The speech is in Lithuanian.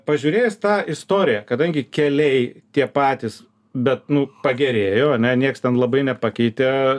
pažiūrės tą istoriją kadangi keliai tie patys bet nu pagerėjo ane nieks ten labai nepakeitė